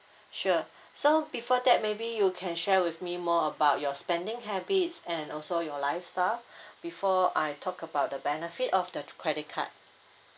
sure so before that maybe you can share with me more about your spending habits and also your lifestyle before I talk about the benefit of the credit card